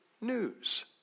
news